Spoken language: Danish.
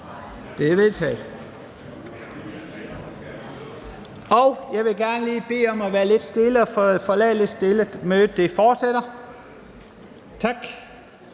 Det er vedtaget. Jeg vil gerne lige bede folk om at være lidt stille og forlade salen lidt stille. Mødet fortsætter. Tak.